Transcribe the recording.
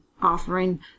offering